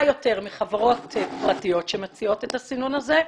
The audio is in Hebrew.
יותר מחברות פרטיות שמציעות את הסינון הזה.